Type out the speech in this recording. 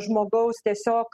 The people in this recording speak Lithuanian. žmogaus tiesiog